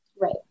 Right